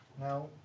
Now